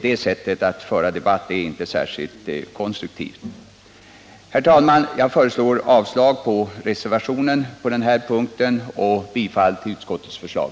Det sättet att föra debatt är inte särskilt konstruktivt. Herr talman! Jag yrkar avslag på reservationen på den här punkten och bifall till utskottets förslag.